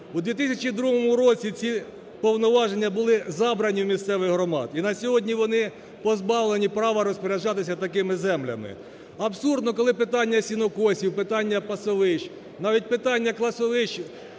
У 2002 році ці повноваження були забрані в місцевих громад і на сьогодні вони позбавлені права розпоряджатися такими землями. Абсурдно, коли питання сінокосів, питання пасовищ, навіть питання кладовищ